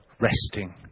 resting